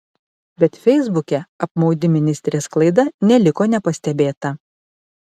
bet feisbuke apmaudi ministrės klaida neliko nepastebėta